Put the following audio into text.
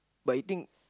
but you think